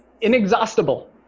inexhaustible